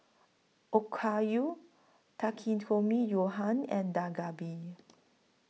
Okayu Takikomi Gohan and Dak Galbi